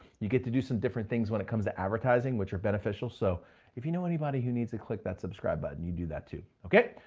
you get to do some different things when it comes to advertising, which are beneficial. so if you know anybody who needs it, click that subscribe button. you do that too. okay,